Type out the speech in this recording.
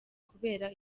kubera